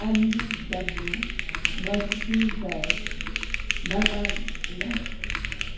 M B W Mercedes बैज़